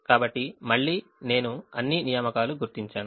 కాబట్టి మళ్ళీ నేను అన్ని నియామకాలు గుర్తించాను